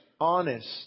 Honest